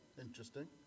interesting